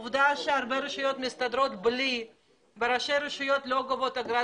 עובדה שהרבה רשויות מסתדרות בלי ולא גובות אגרת